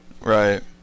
right